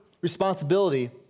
responsibility